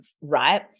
right